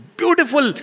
beautiful